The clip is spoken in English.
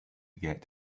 get